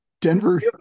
Denver